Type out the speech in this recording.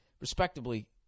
respectively